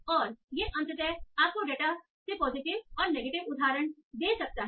और यह अंततः आपको डेटा से पॉजिटिव और नेगेटिव उदाहरण दे सकता है